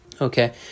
Okay